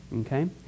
Okay